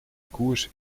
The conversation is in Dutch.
koers